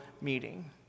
meeting